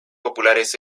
populares